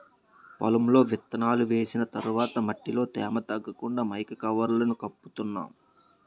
పొలంలో విత్తనాలు వేసిన తర్వాత మట్టిలో తేమ తగ్గకుండా మైకా కవర్లను కప్పుతున్నాం